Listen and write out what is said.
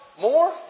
more